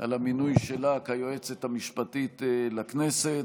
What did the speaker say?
על המינוי שלה ליועצת המשפטית לכנסת,